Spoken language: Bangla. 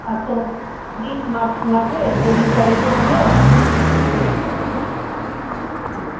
আর তো মনে হয় দু দিন মাঝে দুটো দিন পরেই তো পুজো তো হুম